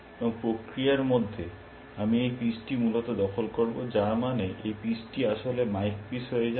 এবং প্রক্রিয়ার মধ্যে আমি এই পিসটি মূলত দখল করব যার মানে এই পিসটি আসলে মাইক পিস হয়ে যায়